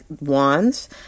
wands